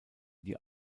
die